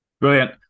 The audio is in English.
Brilliant